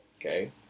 Okay